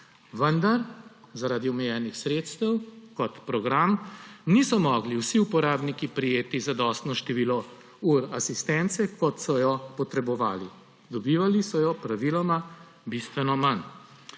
Vendar zaradi omejenih sredstev kot program niso mogli vsi uporabniki prejeti zadostnega števila ur asistence, kot so jo potrebovali. Dobivali so jo praviloma bistveno manj.